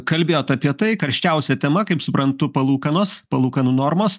kalbėjot apie tai karščiausia tema kaip suprantu palūkanos palūkanų normos